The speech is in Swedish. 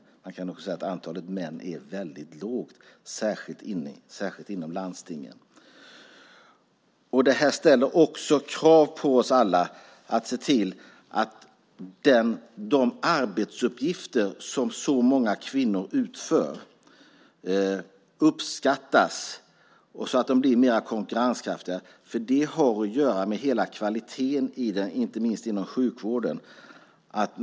Det går också att säga att andelen män är låg, särskilt inom landstingen. Det ställer också krav på oss alla att se till att de arbetsuppgifter som så många kvinnor utför uppskattas så att de blir mer konkurrenskraftiga. Det har att göra med kvaliteten inte minst inom sjukvården.